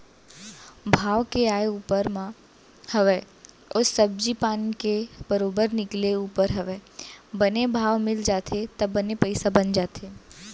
भाव के आय ऊपर म हवय अउ सब्जी पान के बरोबर निकले ऊपर हवय बने भाव मिल जाथे त बने पइसा बन जाथे